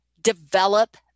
Develop